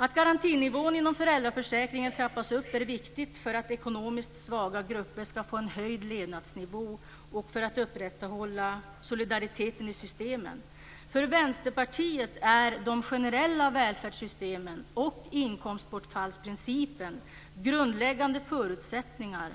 Att garantinivån inom föräldraförsäkringen trappas upp är viktigt för att ekonomiskt svaga grupper ska få en höjd levnadsnivå och för att upprätthålla solidariteten i systemen. För Vänsterpartiet är de generella välfärdssystemen och inkomstbortfallsprincipen grundläggande förutsättningar